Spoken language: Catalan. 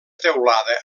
teulada